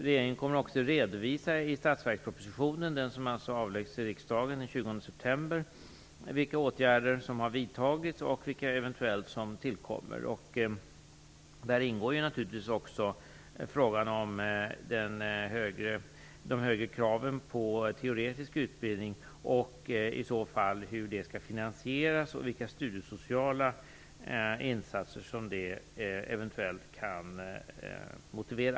Regeringen kommer också i statsverkspropositionen, som alltså avläggs i riksdagen den 20 september, att redovisa vilka åtgärder som har vidtagits och vilka som eventuellt tillkommer. Där ingår naturligtvis också frågan om de högre kraven på teoretisk utbildning, hur det i så fall skall finansieras och vilka studiesociala insatser som det eventuellt kan motivera.